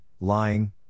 lying